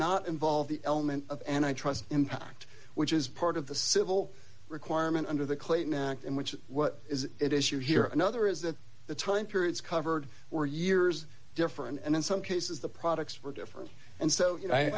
not involve the element of and i trust impact which is part of the civil requirement under the clayton act in which what is it issue here another is that the time periods covered were years different and in some cases the products were different and so i